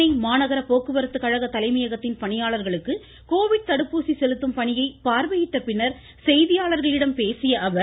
சென்னை மாநகர போக்குவரத்துக்கழக தலைமையகத்தின் பணியாளர்களுக்கு கோவிட் தடுப்பூசி செலுத்தும் பணியை பார்வையிட்ட பின்னர் செய்தியாளர்களிடம் பேசிய அவர்